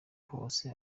hose